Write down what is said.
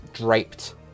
draped